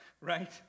right